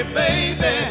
baby